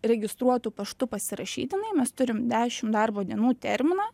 registruotu paštu pasirašytinai mes turim dešim darbo dienų terminą